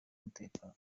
umutekano